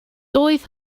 doedd